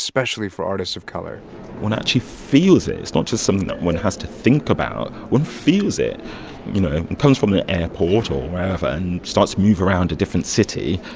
especially for artists of color one actually feels it. it's not just something that one has to think about. one feels it. you know, it comes from the airport or wherever and starts to move around a different city.